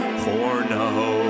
porno